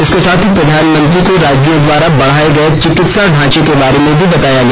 इसके साथ ही प्रधानमंत्री को राज्यों द्वारा बढ़ाए गए चिकित्सा ढांचे के बारे में बताया गया